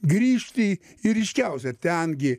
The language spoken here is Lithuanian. grįžti ir ryškiausia ten gi